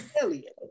Elliot